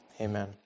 Amen